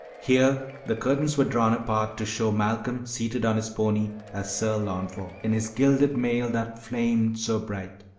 here the curtains were drawn apart to show malcolm seated on his pony as sir launfal, in his gilded mail that flamed so bright.